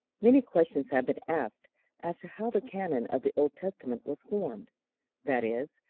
many questions have been asked as to how the canon of the old testament was formed that is,